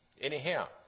anyhow